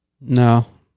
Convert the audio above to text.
No